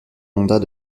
mandat